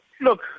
look